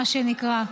מה שנקרא.